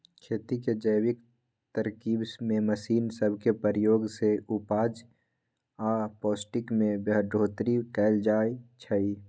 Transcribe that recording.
खेती के जैविक तरकिब में मशीन सब के प्रयोग से उपजा आऽ पौष्टिक में बढ़ोतरी कएल जाइ छइ